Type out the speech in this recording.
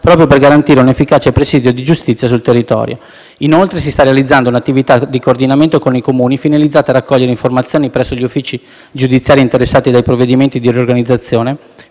proprio per garantire un efficace presidio di giustizia sul territorio. Inoltre, si sta realizzando un'attività di coordinamento con i Comuni finalizzata a raccogliere informazioni presso gli uffici giudiziari interessati dai provvedimenti di riorganizzazione